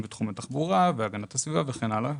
בתחום התחבורה והגנת הסביבה וכן הלאה,